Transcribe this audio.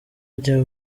jya